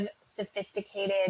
sophisticated